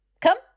come